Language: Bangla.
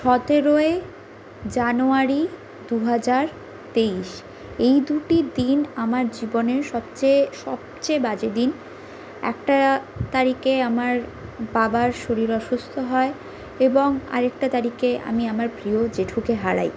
সতেরোই জানুয়ারি দু হাজার তেইশ এই দুটি দিন আমার জীবনের সবচেয়ে সবচেয়ে বাজে দিন একটা তারিখে আমার বাবার শরীর অসুস্থ হয় এবং আর একটা তারিখে আমি আমার প্রিয় জেঠুকে হারাই